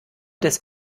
des